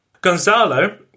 Gonzalo